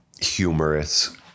humorous